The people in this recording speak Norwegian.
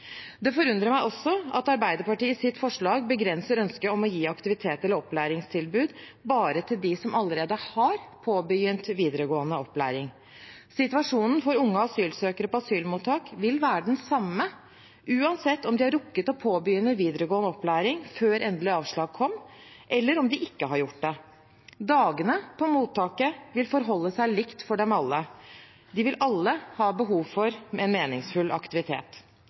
Det forundrer meg også at Arbeiderpartiet i sitt forslag begrenser ønsket om å gi aktivitets- eller opplæringstilbud bare til dem som allerede har påbegynt videregående opplæring. Situasjonen for unge asylsøkere på asylmottak vil være den samme uansett om de har rukket å påbegynne videregående opplæring før endelig avslag kom, eller om de ikke har gjort det. Dagene på mottaket vil forholde seg likt for dem alle, de vil alle ha behov for en meningsfull aktivitet.